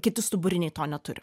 kiti stuburiniai to neturi